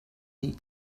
nih